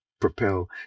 propel